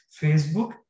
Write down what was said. Facebook